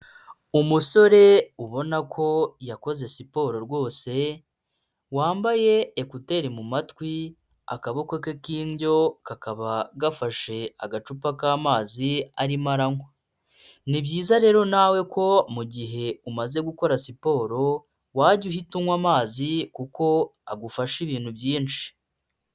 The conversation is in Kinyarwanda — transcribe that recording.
Umusore ubona ko yakoze siporo rwose wambaye ekuteri mu matwi, akaboko ke k'indyo kakaba gafashe agacupa k'amazi arimo aranywa, ni byiza rero nawe ko mu gihe umaze gukora siporo wajya uhita unywa amazi kuko agufasha ibintu byinshi.